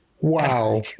Wow